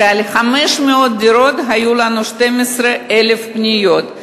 שעל 500 דירות היו לנו 12,000 פניות.